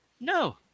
No